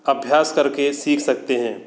अभ्यास कर के सीख सकते हैं